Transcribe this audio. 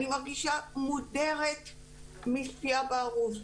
אני מרגישה מודרת מצפיה בערוץ.